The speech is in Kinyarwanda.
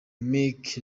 meek